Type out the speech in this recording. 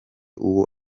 uwo